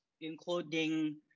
including